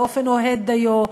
באופן אוהד דיו,